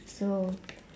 so